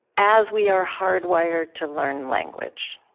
as we are hardwired to learn language.